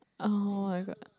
oh-my-god